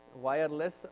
Wireless